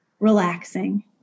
Relaxing